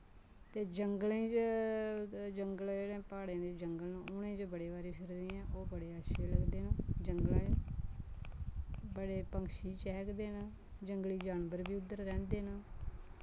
ते जंगलें च जंगलें जेह्ड़े प्हाड़ें दे जंगल न उनें च बड़े बारी फिरि दी ऐं ओह् बड़े अच्छे लगदे न जंगलें बड़े पक्षी चैह्कदे न जंगली जानबर वी उद्दर रैंह्दे न